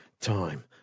time